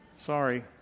sorry